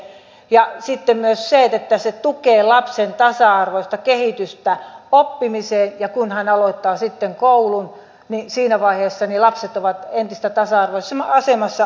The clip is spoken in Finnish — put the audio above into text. ja sitten se myös tukee lapsen tasa arvoista kehitystä oppimiseen ja kun hän aloittaa sitten koulun niin siinä vaiheessa lapset ovat entistä tasa arvoisemmassa asemassa aloittaakseen koulua